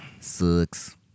Sucks